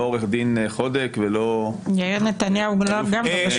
לא עו"ד חודק -- יאיר נתניהו גם לא מהשוליים.